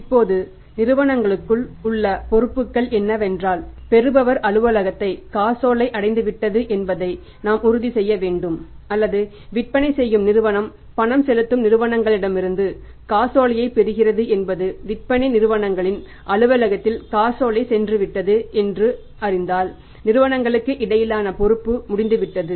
இப்போது நிறுவனங்களுக்குள் உள்ள பொறுப்புக்கள் என்னவென்றால் பெறுபவர் அலுவலகத்தை காசோலை அடைந்து விட்டது என்பதை நாம் உறுதி செய்ய வேண்டும் அல்லது விற்பனை செய்யும் நிறுவனம் பணம் செலுத்தும் நிறுவனங்களிடமிருந்து காசோலையைப் பெறுகிறது என்பது விற்பனை நிறுவனங்களின் அலுவலகத்தில் காசோலை சென்றுவிட்டது என்று அறிந்தால் நிறுவனங்களுக்கு இடையிலான பொறுப்பு முடிந்துவிட்டது